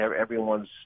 everyone's